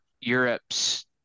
Europe's